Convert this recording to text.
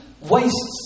wastes